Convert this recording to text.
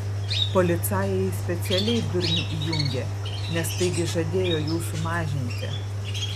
policajai specialiai durnių įjungė nes taigi žadėjo jų sumažinti